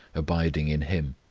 abiding in him